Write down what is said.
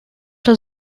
der